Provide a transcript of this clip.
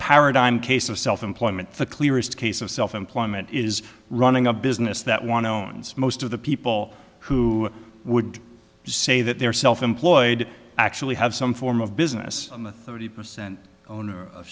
paradigm case of self employment the clearest case of self employment is running a business that want to own smokes to the people who would say that they are self employed actually have some form of business in the thirty percent owner of